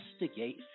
investigate